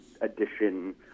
edition